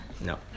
No